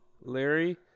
Larry